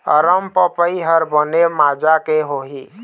अरमपपई हर बने माजा के होही?